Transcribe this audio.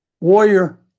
warrior